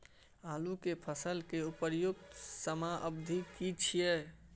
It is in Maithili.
आलू के फसल के उपयुक्त समयावधि की छै?